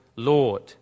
lord